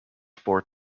four